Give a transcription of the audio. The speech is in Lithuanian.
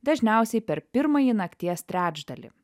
dažniausiai per pirmąjį nakties trečdalį